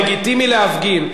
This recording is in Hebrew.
לגיטימי להפגין.